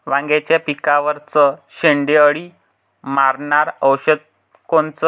वांग्याच्या पिकावरचं शेंडे अळी मारनारं औषध कोनचं?